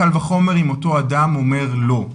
קל וחומר אם אותו אדם אומר לא,